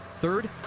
Third